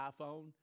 iPhone